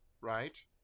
right